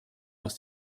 aus